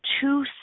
two